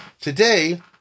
Today